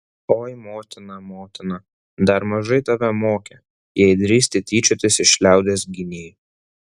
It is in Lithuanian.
oi motina motina dar mažai tave mokė jei drįsti tyčiotis iš liaudies gynėjų